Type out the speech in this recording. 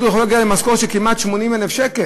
יכול להגיע למשכורת של כמעט 80,000 שקל.